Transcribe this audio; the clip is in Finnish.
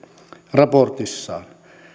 raportissaan